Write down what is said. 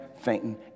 fainting